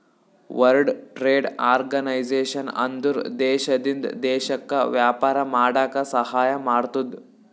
world trade organisation ಅಂದುರ್ ದೇಶದಿಂದ್ ದೇಶಕ್ಕ ವ್ಯಾಪಾರ ಮಾಡಾಕ ಸಹಾಯ ಮಾಡ್ತುದ್